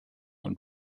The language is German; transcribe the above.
und